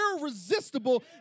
irresistible